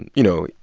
and you know,